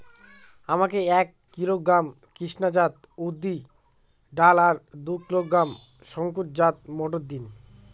আমাকে এক কিলোগ্রাম কৃষ্ণা জাত উর্দ ডাল আর দু কিলোগ্রাম শঙ্কর জাত মোটর দিন?